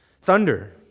Thunder